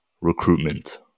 recruitment